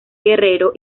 guerrero